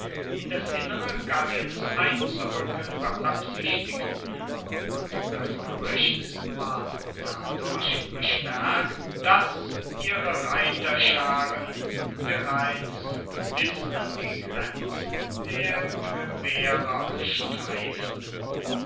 in das innere galliens einzurücken beabsichtigten und das gerücht ward dadurch bestärkt daß ihre reiterscharen bereits bis an die grenzen der treuerer streiften